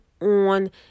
on